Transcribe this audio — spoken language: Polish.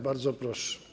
Bardzo proszę.